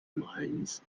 mines